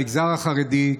המגזר החרדי.